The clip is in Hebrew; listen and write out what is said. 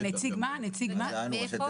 מה זה "אנו"?